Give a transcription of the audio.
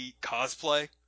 cosplay